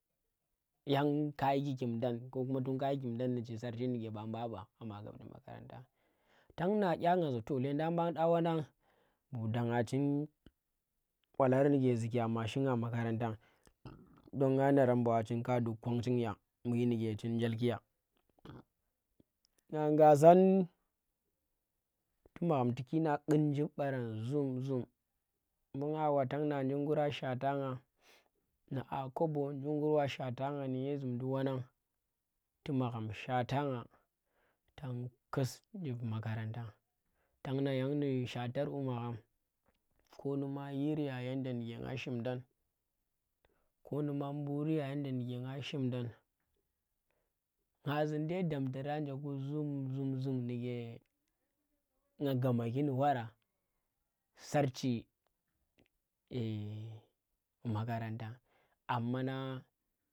Yang kayi kikim dang kokuma tun kayi kikimd dang ndi chin sarchi ndike ba mbu a ba a ma gapti makaranta tang na ƙyan nga za toh ledan ma ƙya wanang bu danga chin balar ndi ziki ya ma shinga makaranta don nga na ran ba chin ka dug ki kwan chinya mbu inndike chin njel kiya. Nga ngasang tu magham tu ki na ƙun njib barang zum zum, mbu nga ba tang nga jim ngura shwata nga, ndi a kobo njim gur wa shwatanga ndi aa zum ndi wan nang tu̱ magham shwatanga tang kus njeb makaranta. Tang nga yan ndi shwatar bu magham ko num a yir ya yanda ndi ke nga shimdan. ko num a mburi ya yanda ndike nga shimdan nga zun dai damtar anje ku zum zum zum ndike nga gamaki ndi wara sarchi ndike makaranta ammana